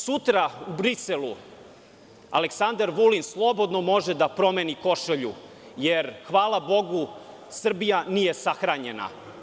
Sutra u Briselu Aleksandar Vulin slobodno može da promeni košulju, jer, hvala Bogu, Srbija nije sahranjena.